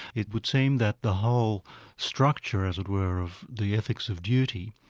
it would seem that the whole structure, as it were, of the ethics of duty,